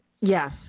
Yes